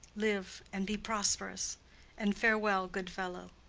live, and be prosperous and farewell, good fellow.